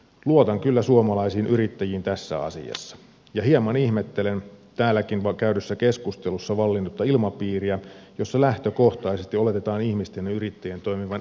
luotan kyllä suomalaisiin yrittäjiin tässä asiassa ja hieman ihmettelen täälläkin käydyssä keskustelussa vallinnutta ilmapiiriä jossa lähtökohtaisesti oletetaan ihmisten ja yrittäjien toimivan epärehellisesti